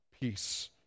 peace